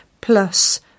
plus